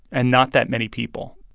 and not that many people.